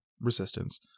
resistance